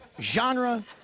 genre